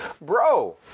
Bro